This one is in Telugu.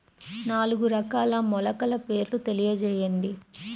నాలుగు రకాల మొలకల పేర్లు తెలియజేయండి?